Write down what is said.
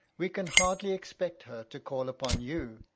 we can hardly expect her to call upon you.